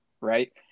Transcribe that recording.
Right